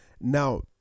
now